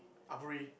aburi